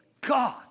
God